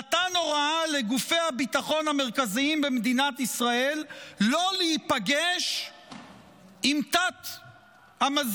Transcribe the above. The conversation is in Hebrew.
נתן הוראה לגופי הביטחון המרכזיים במדינת ישראל לא להיפגש עם תת-המזכיר,